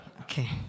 Okay